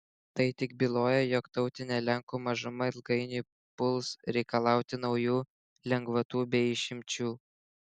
tai tik byloja jog tautinė lenkų mažuma ilgainiui puls reikalauti naujų lengvatų bei išimčių